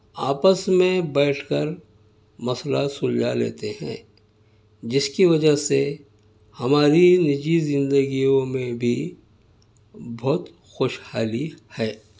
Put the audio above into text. آپس میں بیٹھ کر مسئلہ سلجھا لیتے ہیں جس کی وجہ سے ہماری نجی زندگیو میں بھی بہت خوشحالی ہے